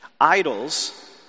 Idols